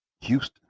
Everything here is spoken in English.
Houston